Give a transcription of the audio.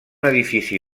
edifici